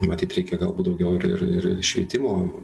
matyt reikia galbūt daugiau ir ir švietimo